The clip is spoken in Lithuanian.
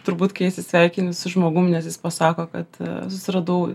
turbūt kai atsisveikini su žmogum nes jis pasako kad susiradau